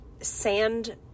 sand